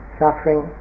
suffering